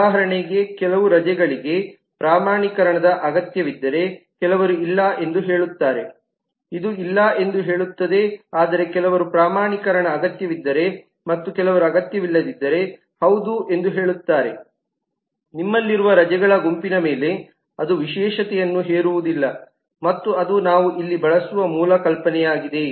ಉದಾಹರಣೆಗೆ ಕೆಲವು ರಜೆಗಳಿಗೆ ಪ್ರಮಾಣೀಕರಣದ ಅಗತ್ಯವಿದ್ದರೆ ಕೆಲವರು ಇಲ್ಲ ಎಂದು ಹೇಳುತ್ತಾರೆ ಇದು ಇಲ್ಲ ಎಂದು ಹೇಳುತ್ತದೆ ಆದರೆ ಕೆಲವರು ಪ್ರಮಾಣೀಕರಣ ಅಗತ್ಯವಿದ್ದರೆ ಮತ್ತು ಕೆಲವರು ಅಗತ್ಯವಿಲ್ಲದಿದ್ದರೆ ಹೌದು ಎಂದು ಹೇಳುತ್ತಾರೆ ನಿಮ್ಮಲ್ಲಿರುವ ರಜೆಗಳ ಗುಂಪಿನ ಮೇಲೆ ಅದು ವಿಶೇಷತೆಯನ್ನು ಹೇರುವುದಿಲ್ಲ ಮತ್ತು ಅದು ನಾವು ಇಲ್ಲಿ ಬಳಸುವ ಮೂಲ ಕಲ್ಪನೆಯಾಗಿದೆ